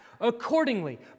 accordingly